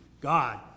God